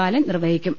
ബാലൻ നിർവഹിക്കും